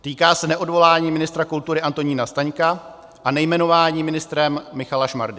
Týká se neodvolání ministra kultury Antonína Staňka a nejmenování ministrem Michala Šmardy.